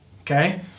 Okay